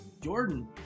Jordan